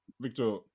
Victor